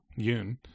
Yoon